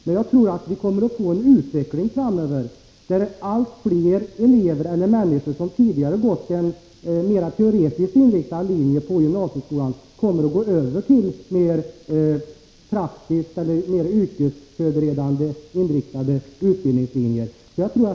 Men jag tror att vi kommer att få en utveckling där allt fler människor som tidigare har gått på teoretiskt inriktade linjer i gymnasieskolan kommer att gå över till mer yrkesinriktade linjer.